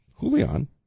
Julian